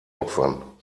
opfern